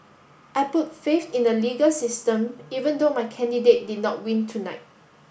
I put faith in the legal system even though my candidate did not win tonight